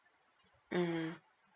mm